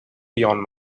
beyond